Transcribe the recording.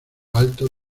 alto